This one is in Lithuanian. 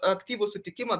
aktyvų sutikimą